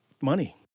money